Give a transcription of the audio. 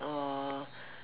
or